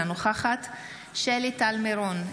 אינה נוכחת שלי טל מירון,